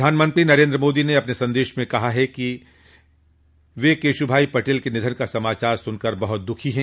प्रधानमंत्री नरेन्द्र मोदी ने अपने संदेश में कहा कि वे केश्भाई पटेल के निधन का समाचार सुनकर बहुत दुःखी हैं